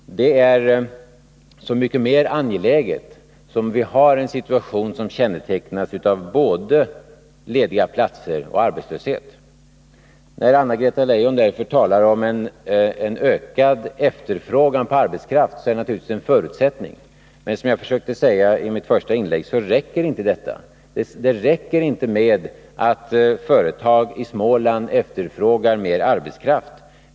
Det är så mycket mer angeläget som vi har en situation som kännetecknas av både lediga platser och arbetslöshet. När Anna-Greta Leijon talar om en ökad efterfrågan på arbetskraft, är detta därför — som jag försökte säga i mitt första inlägg — inte tillräckligt. Det räcker inte med att företag i Småland efterfrågar mer arbetskraft.